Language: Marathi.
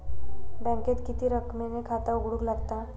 बँकेत किती रक्कम ने खाता उघडूक लागता?